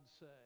say